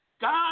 God